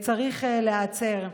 צריך להיעצר.